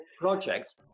projects